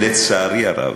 לצערי הרב,